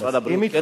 משרד הבריאות כן,